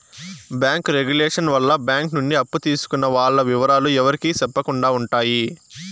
bank regulation వల్ల bank నుండి అప్పు తీసుకున్న వాల్ల ఇవరాలు ఎవరికి సెప్పకుండా ఉంటాయి